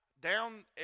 down